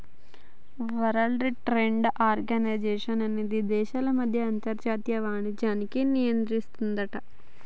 world trade organisation అనేది దేశాల మధ్య అంతర్జాతీయ వాణిజ్యాన్ని నియంత్రిస్తుందట